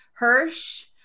Hirsch